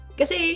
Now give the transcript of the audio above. kasi